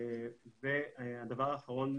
הדבר הראשון,